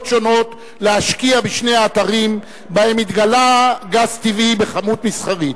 שונות להשקיע בשני האתרים שבהם התגלה גז טבעי בכמות מסחרית,